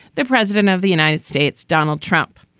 the president of the united states, donald trump.